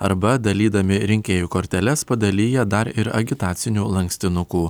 arba dalydami rinkėjų korteles padalija dar ir agitacinių lankstinukų